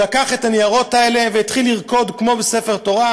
הוא לקח את הניירות האלה והתחיל לרקוד כמו עם ספר תורה,